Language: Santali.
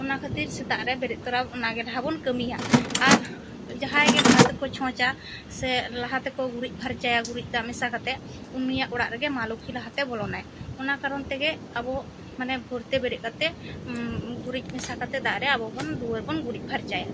ᱚᱱᱟ ᱠᱷᱟᱹᱛᱤᱨ ᱥᱮᱛᱟᱜ ᱨᱮ ᱵᱮᱨᱮᱫ ᱛᱚᱨᱟ ᱚᱱᱟ ᱜᱮ ᱰᱷᱟᱜ ᱵᱚᱱ ᱠᱟᱹᱢᱤᱭᱟ ᱟᱨ ᱡᱟᱦᱟᱸᱭ ᱜᱮ ᱞᱟᱦᱟ ᱛᱮᱠᱚ ᱪᱷᱚᱪᱟ ᱥᱮ ᱞᱟᱦᱟ ᱛᱮᱠᱚ ᱜᱩᱨᱤᱡᱽ ᱯᱷᱟᱨᱪᱟᱭᱟ ᱜᱩᱨᱤᱡᱽ ᱫᱟᱜ ᱢᱮᱥᱟ ᱠᱟᱛᱮ ᱩᱱᱤᱭᱟᱜ ᱚᱲᱟᱜ ᱨᱮᱜᱮ ᱢᱟ ᱞᱩᱠᱷᱤ ᱫᱚᱭ ᱵᱚᱞᱚᱱᱟᱭ ᱚᱱᱟ ᱠᱟᱨᱚᱱ ᱛᱮᱜᱮ ᱟᱵᱚ ᱢᱟᱱᱮ ᱵᱷᱚᱨ ᱛᱮ ᱵᱮᱨᱮᱫ ᱠᱟᱛᱮ ᱜᱩᱨᱤᱡᱽ ᱢᱮᱥᱟ ᱠᱟᱛᱮ ᱫᱟᱜ ᱨᱮ ᱟᱵᱚ ᱵᱚᱱ ᱜᱩᱨᱩᱡᱽ ᱯᱷᱟᱨᱪᱟᱭᱟ